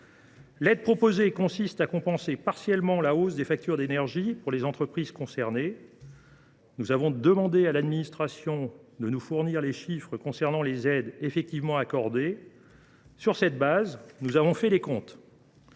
L’aide proposée consiste en une compensation partielle de la hausse des factures d’énergie pour les entreprises concernées. Nous avons demandé à l’administration de nous fournir les chiffres concernant les aides effectivement accordées. Sur cette base, nous avons fait les comptes,